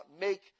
make